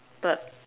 but